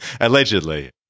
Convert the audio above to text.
Allegedly